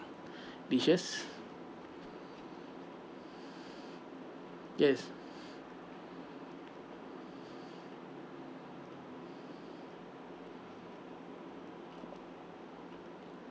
dishes yes